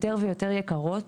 יותר ויותר יקרות.